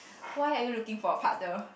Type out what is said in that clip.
why are you looking for a partner